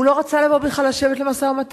הוא לא רצה לבוא בכלל לשבת למשא-ומתן.